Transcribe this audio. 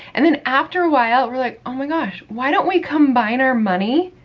and then after a while, we're like, oh my gosh. why don't we combine our money,